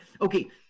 Okay